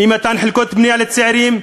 אי-מתן חלקות בנייה לצעירים,